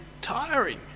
tiring